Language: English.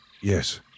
Yes